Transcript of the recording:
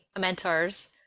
mentors